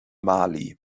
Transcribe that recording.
mali